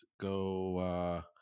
go